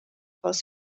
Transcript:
pels